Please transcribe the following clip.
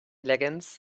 leggings